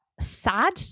sad